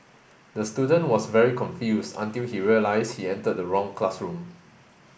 the student was very confused until he realised he entered the wrong classroom